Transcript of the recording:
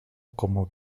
como